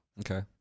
Okay